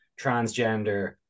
transgender